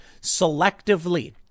selectively